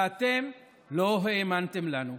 ואתם לא האמנתם לנו.